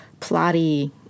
plotty